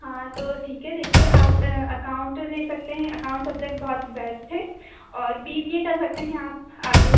हाँ तो ठीक है देखिए आप अकाउंट ले सकते हैं अकाउंट सब्जेक्ट बहुत बेस्ट है और बी बी ए कर सकते हैं आप आगे